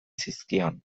zizkion